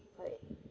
right